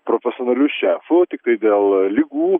profesionaliu šefu tiktai dėl ligų